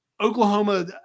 Oklahoma